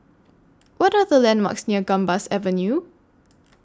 What Are The landmarks near Gambas Avenue